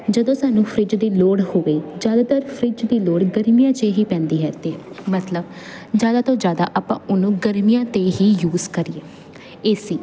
ਜਦੋਂ ਸਾਨੂੰ ਫਰਿੱਜ ਦੀ ਲੋੜ ਹੋਵੇ ਜ਼ਿਆਦਾਤਰ ਫਰਿੱਜ ਦੀ ਲੋੜ ਗਰਮੀਆਂ 'ਚ ਹੀ ਪੈਂਦੀ ਹੈ ਅਤੇ ਮਤਲਬ ਜ਼ਿਆਦਾ ਤੋਂ ਜ਼ਿਆਦਾ ਆਪਾਂ ਉਹਨੂੰ ਗਰਮੀਆਂ 'ਤੇ ਹੀ ਯੂਜ ਕਰੀਏ ਏ ਸੀ